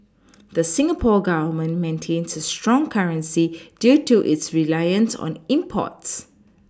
the Singapore Government maintains a strong currency due to its reliance on imports